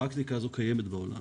הפרקטיקה הזו קיימת בעולם,